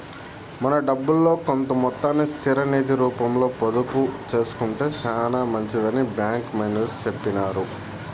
మన డబ్బుల్లో కొంత మొత్తాన్ని స్థిర నిది రూపంలో పొదుపు సేసుకొంటే సేనా మంచిదని బ్యాంకి మేనేజర్ సెప్పినారు